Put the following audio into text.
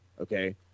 Okay